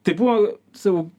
tai buvo sau